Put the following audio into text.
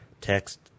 text